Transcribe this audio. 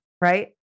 Right